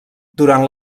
durant